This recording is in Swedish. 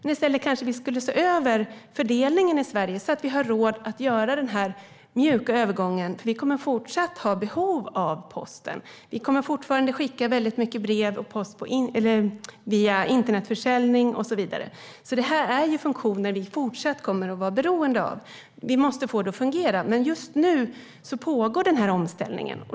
I stället kanske vi skulle se över fördelningen i Sverige så att vi har råd att göra den mjuka övergången, för vi kommer fortsatt att ha behov av posten. Det kommer fortsatt att skickas väldigt många brev och paket via internetförsäljning och så vidare, så det här är ju funktioner som vi fortsatt kommer att vara beroende av. Vi måste få det att fungera. Men just nu pågår den här omställningen.